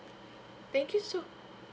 thank you so